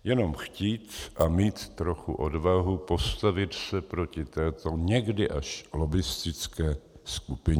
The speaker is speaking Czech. Jenom chtít a mít trochu odvahu postavit se proti této někdy až lobbistické skupině.